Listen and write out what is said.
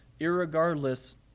irregardless